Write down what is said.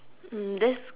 mm that's